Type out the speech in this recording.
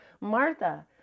Martha